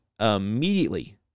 immediately